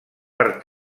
per